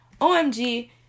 OMG